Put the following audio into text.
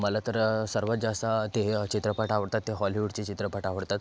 मला तर सर्वात जास्त ते हे चित्रपट आवडतात ते हॉलिवूडचे चित्रपट आवडतात